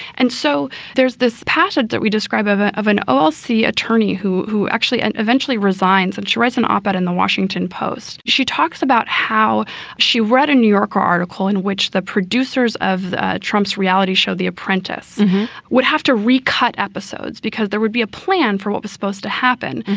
and so there's this pattern that we describe of ah of an all sea attorney who who actually eventually resigns. and she writes an op ed in the washington post. she talks about how she read a new yorker article in which the producers of trump's reality show, the apprentice would have to recut episodes because there would be a plan for what was supposed to happen.